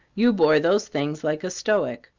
you bore those things like a stoic.